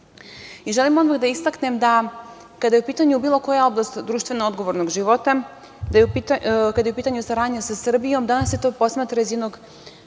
odmah da istaknem da kada je u pitanju bilo koja oblast društveno odgovornog života, kada je u pitanju saradnja sa Srbijom, danas se to posmatra iz jednog